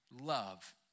love